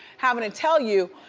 having to tell you,